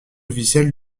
officielle